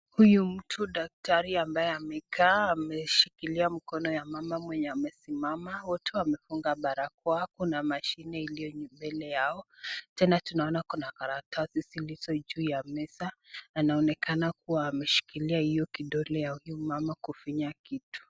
Huyu mtu daktari ambaye amekaa akishikilia mkono ya mama mwenye amesimama. Wote wamefunga barakoa, kuna mashine iliyo mbele yao tena tunaona kuna karatasi zilizo juu ya meza anaonekana kuwa ameshikilia kidole ya huyu mama kufinya kitu.